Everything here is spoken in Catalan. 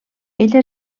ella